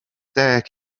deg